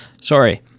Sorry